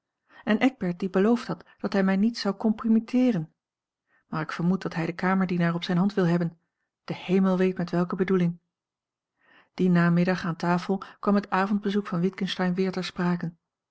en eckbert die beloofd had dat hij mij niet zou compromitteeren maar ik vermoed dat hij den kamerdienaar op zijne hand wil hebben de hemel weet met welke bedoeling dien namiddag aan tafel kwam het avondbezoek van witgensteyn weer ter sprake